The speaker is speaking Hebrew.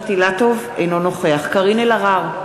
אינו נוכח קארין אלהרר,